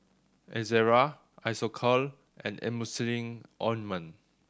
Ezerra Isocal and Emulsying Ointment